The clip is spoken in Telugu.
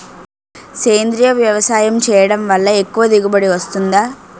సేంద్రీయ వ్యవసాయం చేయడం వల్ల ఎక్కువ దిగుబడి వస్తుందా?